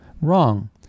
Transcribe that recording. Wrong